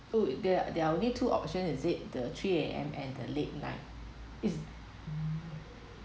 oh there are there are only two option is it the three A_M and the late night is